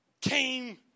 Came